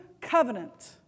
covenant